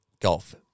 golf